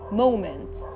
moments